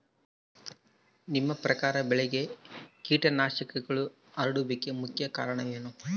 ನಿಮ್ಮ ಪ್ರಕಾರ ಬೆಳೆಗೆ ಕೇಟನಾಶಕಗಳು ಹರಡುವಿಕೆಗೆ ಮುಖ್ಯ ಕಾರಣ ಏನು?